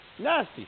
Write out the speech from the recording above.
Nasty